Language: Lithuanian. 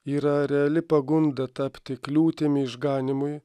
yra reali pagunda tapti kliūtimi išganymui